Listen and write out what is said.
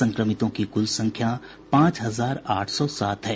संक्रमितों की कुल संख्या पांच हजार आठ सौ सात है